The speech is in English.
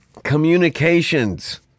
communications